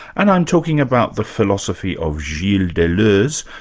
and i'm talking about the philosophy of gilles deleuze,